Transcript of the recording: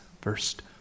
first